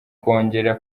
kongera